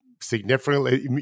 significantly